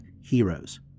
heroes